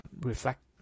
reflect